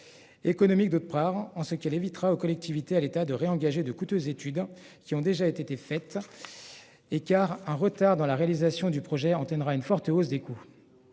Économique de par an, ce qui évitera aux collectivités à l'État de réengager de coûteuses études, qui ont déjà été faites. Écart un retard dans la réalisation du projet en tiendra une forte hausse des coûts.